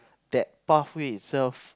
that pathway itself